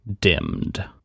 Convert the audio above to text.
dimmed